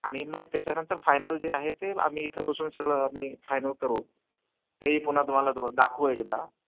आणि मग त्याच्यानंतर फायनल जे आहे ते आम्ही इथं बसून सगळं आम्ही फायनल करू तेही पुन्हा तुम्हाला दाखवू एकदा